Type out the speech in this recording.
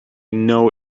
know